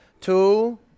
two